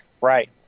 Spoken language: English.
Right